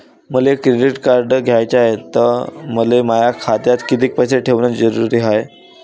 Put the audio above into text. मले credit card घ्याचं हाय, त मले माया खात्यात कितीक पैसे ठेवणं जरुरीच हाय?